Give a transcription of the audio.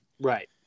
right